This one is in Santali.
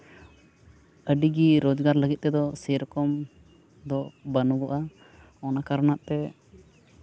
ᱟᱹᱰᱤ ᱜᱮ ᱨᱳᱡᱽᱜᱟᱨ ᱞᱟᱹᱜᱤᱫ ᱛᱮᱫᱚ ᱥᱮᱨᱚᱠᱚᱢ ᱫᱚ ᱵᱟᱹᱱᱩᱜᱚᱜᱼᱟ ᱚᱱᱟ ᱠᱟᱨᱚᱱᱟᱜ ᱛᱮ